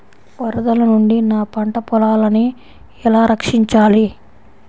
వరదల నుండి నా పంట పొలాలని ఎలా రక్షించాలి?